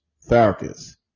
Falcons